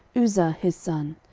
uzza his son,